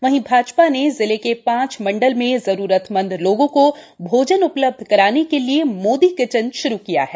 वहींभाजपा ने जिले के पांच मंडल में जरूरतमन्द लोगों को भोजन उपलब्ध कराने के लिए मोदी किचिन आरम्भ किये है